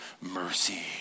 mercy